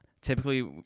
typically